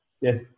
Yes